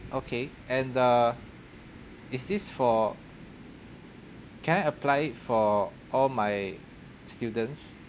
okay and uh is this for can I apply for all my students